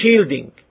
shielding